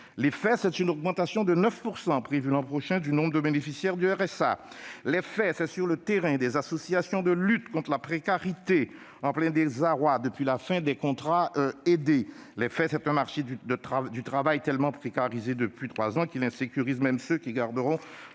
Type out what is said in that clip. Les faits, c'est une augmentation de 9 % du nombre de bénéficiaires du RSA prévue l'an prochain ; les faits, c'est, sur le terrain, des associations de lutte contre la précarité en plein désarroi depuis la fin des contrats aidés ; les faits, c'est un marché du travail tellement précarisé depuis trois ans qu'il insécurise même ceux qui garderont